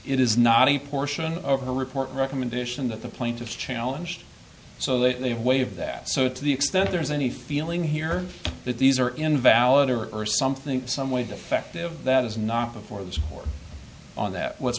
it is not a portion of the report recommendation that the plaintiffs challenge so they have waived that so to the extent there is any feeling here that these are invalid or erse something some way defective that is not before this or on that was